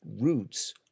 roots